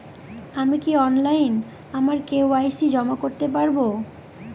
আমি কি অনলাইন আমার কে.ওয়াই.সি জমা করতে পারব?